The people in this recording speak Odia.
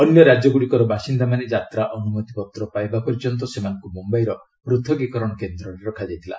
ଅନ୍ୟ ରାଜ୍ୟଗୁଡ଼ିକର ବାସିନ୍ଦାମାନେ ଯାତ୍ରା ଅନୁମତିପତ୍ର ପାଇବା ପର୍ଯ୍ୟନ୍ତ ସେମାନଙ୍କୁ ମୁମ୍ଭାଇର ପୃଥକୀକରଣ କେନ୍ଦ୍ରରେ ରଖାଯାଇଥିଲା